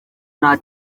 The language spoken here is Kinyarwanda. nta